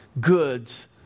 goods